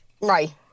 Right